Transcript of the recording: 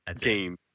game